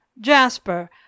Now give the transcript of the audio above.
Jasper